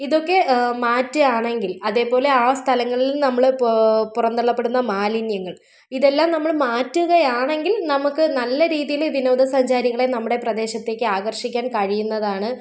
ഇതൊക്കെ മാറ്റുകയാണെങ്കിൽ അതേപോലെ ആ സ്ഥലങ്ങളിൽ നമ്മൾ പുറന്തള്ളപ്പെടുന്ന മാലിന്യങ്ങൾ ഇതെല്ലാം നമ്മൾ മാറ്റുകയാണെങ്കിൽ നമുക്ക് നല്ല രീതിയിൽ വിനോദസഞ്ചാരികളെ നമ്മുടെ പ്രദേശത്തേക്ക് ആകർഷിക്കാൻ കഴിയുന്നതാണ്